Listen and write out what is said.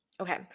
Okay